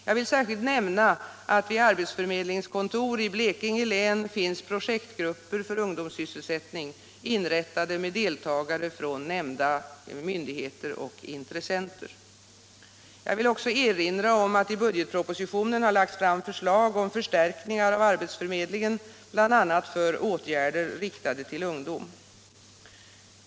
Jag vill särskilt nämna att vid arbetsförmedlingskontor i Blekinge län finns projektgrupper för ungdomssysselsättning, inrättade med deltagare från nämnda myndigheter och intressenter. Jag vill också erinra om att i budgetpropositionen har lagts fram förslag om förstärkningar av arbetsförmedlingen, bl.a. för åtgärder riktade till ungdom.